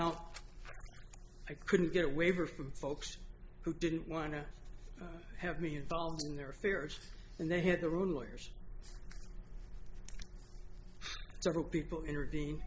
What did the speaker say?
not i couldn't get a waiver from folks who didn't want to have me involved in their affairs and they had their own lawyers several people intervene